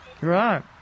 Right